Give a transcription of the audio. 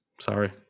Sorry